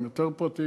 עם יותר פרטים,